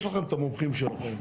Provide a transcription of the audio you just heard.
רגע,